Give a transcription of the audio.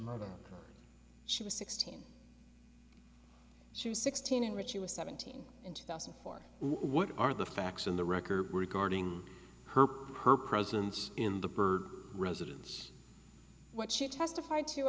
murder she was sixteen she was sixteen in which she was seventeen in two thousand and four what are the facts on the record regarding her her presence in the byrd residence what she testif